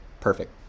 perfect